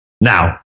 now